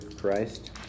Christ